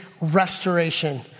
restoration